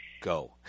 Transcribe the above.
Go